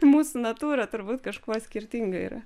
mūsų natūra turbūt kažkuo skirtinga yra